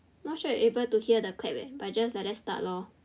not sure you able hear the clap eh but just like that start lor